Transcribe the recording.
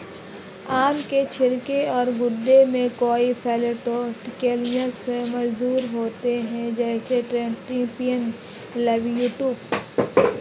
आम के छिलके और गूदे में कई फाइटोकेमिकल्स मौजूद होते हैं, जैसे ट्राइटरपीन, ल्यूपोल